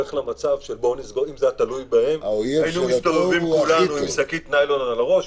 אם זה היה תלוי בהם היינו מסתובבים כולנו עם שקית ניילון על הראש,